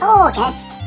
august